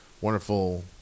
wonderful